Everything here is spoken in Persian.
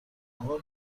اقا